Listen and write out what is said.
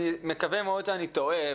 ואני מקווה מאוד שאני טועה,